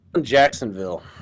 Jacksonville